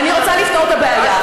אני רוצה לפתור את הבעיה.